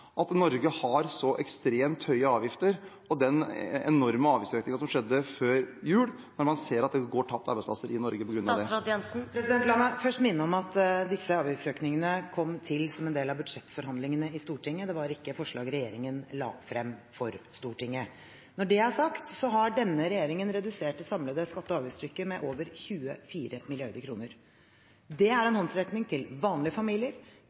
at Norge har så ekstremt høye avgifter – og den enorme avgiftsøkningen som skjedde før jul – når man ser at det går tapt arbeidsplasser i Norge på grunn av det? La meg først minne om at disse avgiftsøkningene kom til som en del av budsjettforhandlingene i Stortinget, dette var ikke forslag regjeringen la frem for Stortinget. Når det er sagt, så har denne regjeringen redusert det samlede skatte- og avgiftstrykket med over 24 mrd. kr. Det er en håndsrekning til vanlige familier,